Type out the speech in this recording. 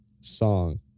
song